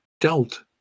dealt